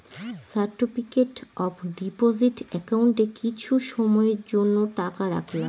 certificate of deposit একাউন্টে কিছু সময়ের জন্য টাকা রাখলাম